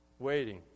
waiting